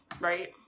Right